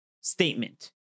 statement